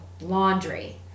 Laundry